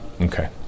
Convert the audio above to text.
Okay